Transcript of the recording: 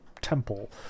temple